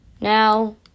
Now